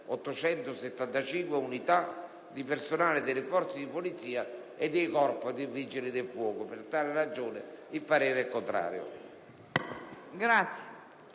2.875 unità di personale nelle forze di polizia e nel Corpo dei vigili del fuoco. Per tale ragione il parere sull'ordine